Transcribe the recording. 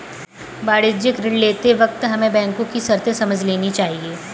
वाणिज्यिक ऋण लेते वक्त हमें बैंको की शर्तें समझ लेनी चाहिए